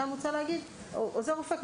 כאן רוצה להגיד שעוזר רופא יכול,